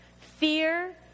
Fear